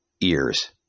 ears